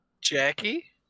Jackie